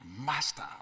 master